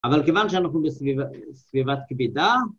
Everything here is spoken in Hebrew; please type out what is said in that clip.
‫אבל כיוון שאנחנו בסביבת כבידה...